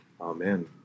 Amen